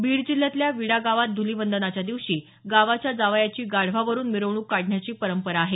बीड जिल्ह्यातल्या विडा गावात ध्लिवंदनाच्या दिवशी गावाच्या जावयाची गाढवा वरून मिरवणूक काढण्याची परंपरा आहे